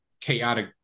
chaotic